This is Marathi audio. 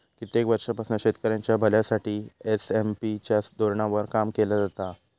कित्येक वर्षांपासना शेतकऱ्यांच्या भल्यासाठी एस.एम.पी च्या धोरणावर काम केला जाता हा